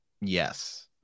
Yes